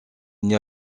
n’y